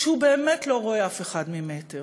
כשהוא באמת לא רואה אף אחד ממטר,